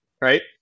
right